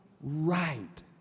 right